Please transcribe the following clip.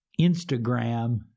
Instagram